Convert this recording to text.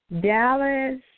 Dallas